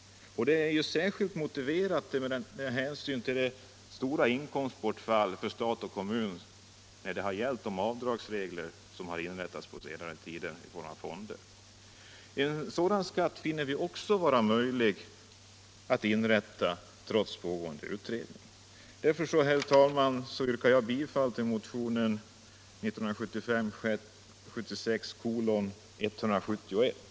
Det är särskilt motiverat med hänsyn till det stora inkomstbortfallet för stat och kommun genom de avdragsregler som i och med fonderna har införts på senare tid. En extra bolagsskatt finner vi vara möjlig att införa trots pågående utredning. Därför, herr talman, yrkar jag bifall till motionen 1975/76:171.